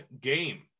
game